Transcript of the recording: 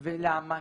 ולמה,